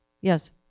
Yes